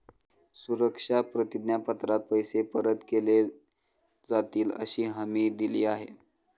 सुरक्षा प्रतिज्ञा पत्रात पैसे परत केले जातीलअशी हमी दिली आहे